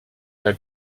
pas